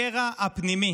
הקרע הפנימי